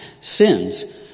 sins